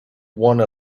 one